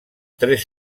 tres